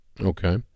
Okay